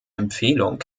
empfehlung